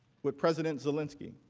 with president zelensky